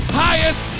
highest